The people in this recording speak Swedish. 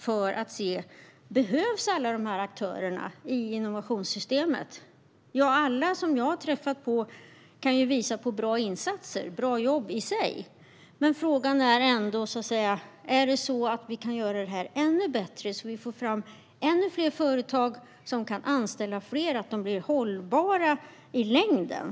Vi måste se om alla aktörer inom innovationssystemet behövs. Alla som jag har träffat på kan visa på bra insatser och ett bra jobb i sig. Men frågan är ändå om vi kan göra detta ännu bättre så att vi får fram ännu fler företag som kan anställa fler och kan bli hållbara i längden.